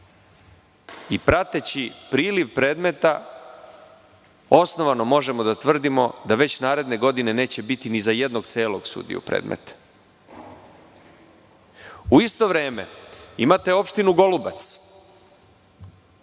Prateći priliv predmeta osnovano možemo da tvrdimo da već naredne godine neće biti ni za jednog celog sudiju predmeta. U isto vreme imate opštinu Golubac